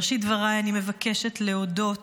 בראשית דבריי אני מבקשת להודות